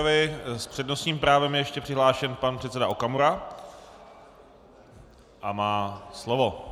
S přednostním právem je ještě přihlášen pan předseda Okamura a má slovo.